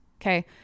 okay